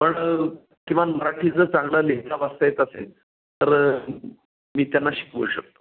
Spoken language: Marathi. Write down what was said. पण किमान मराठी जर चांगलं लिहिता वाचता येत असेल तर मी त्यांना शिकवू शकतो